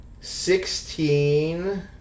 Sixteen